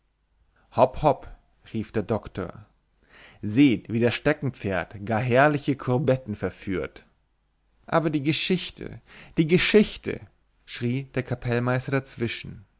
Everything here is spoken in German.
hop hop rief der doktor seht wie das steckenpferd gar herrliche courbetten verführt aber die geschichte die geschichte schrie der kapellmeister dazwischen